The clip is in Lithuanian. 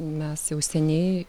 mes jau seniai